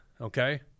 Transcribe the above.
okay